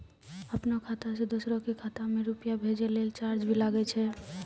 आपनों खाता सें दोसरो के खाता मे रुपैया भेजै लेल चार्ज भी लागै छै?